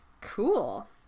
Cool